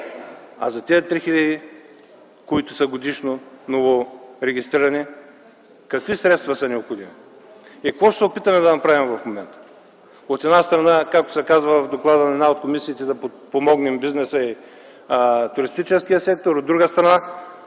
А за тези 3000, които са годишно новорегистрирани, какви средства са необходими? И какво ще се опитаме да направим в момента? От една страна, както се казва в доклада на една от комисиите да подпомогне бизнеса и туристическия сектор. От друга страна